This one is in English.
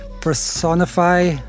personify